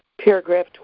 paragraph